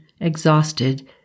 exhausted